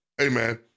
amen